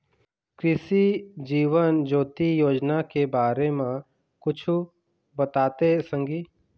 कृसि जीवन ज्योति योजना के बारे म कुछु बताते संगी